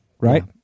right